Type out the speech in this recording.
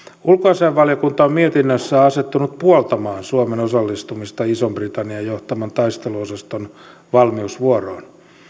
ulkoasiainvaliokunta on mietinnössään asettunut puoltamaan suomen osallistumista ison britannian johtaman taisteluosaston valmiusvuoroon